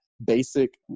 basic